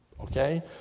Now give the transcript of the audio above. Okay